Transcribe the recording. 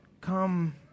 come